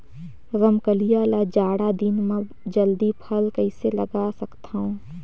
रमकलिया ल जाड़ा दिन म जल्दी फल कइसे लगा सकथव?